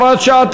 הוראת שעה),